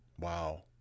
wow